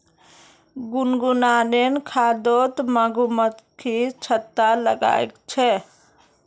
गुनगुनेर घरोत मधुमक्खी छत्ता लगाया छे